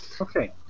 Okay